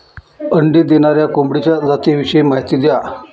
अंडी देणाऱ्या कोंबडीच्या जातिविषयी माहिती द्या